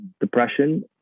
depression